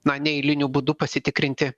na neeiliniu būdu pasitikrinti